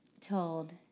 told